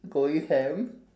going ham